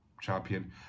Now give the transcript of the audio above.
champion